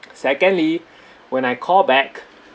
secondly when I call back